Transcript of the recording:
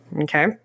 okay